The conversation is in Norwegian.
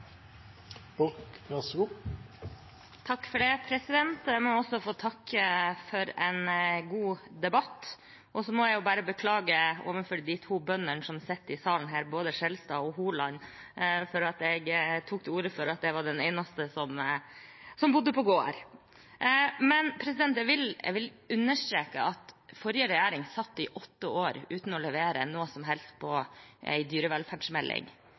Jeg vil takke for en god debatt. Så må jeg bare beklage overfor de to bøndene som sitter i salen, representantene Skjelstad og Holand, for at jeg tok til orde for at jeg var den eneste som bodde på gård. Men jeg vil understreke at forrige regjering satt i åtte år uten å levere noe som helst på en dyrevelferdsmelding.